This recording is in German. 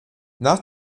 nach